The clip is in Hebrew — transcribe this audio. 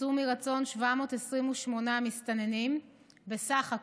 יצאו מרצון 728 מסתננים בסך הכול,